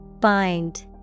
Bind